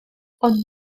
ond